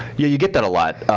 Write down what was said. yeah you get that a lot.